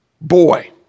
boy